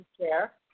chair